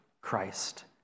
Christ